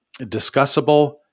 discussable